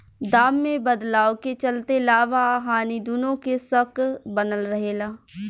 दाम में बदलाव के चलते लाभ आ हानि दुनो के शक बनल रहे ला